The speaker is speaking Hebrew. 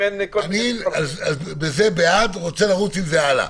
אני בעד, רוצה לרוץ עם זה הלאה.